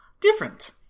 different